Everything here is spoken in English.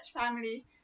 family